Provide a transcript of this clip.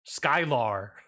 Skylar